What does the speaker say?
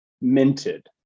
minted